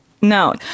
No